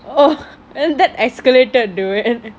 oh that escalated dude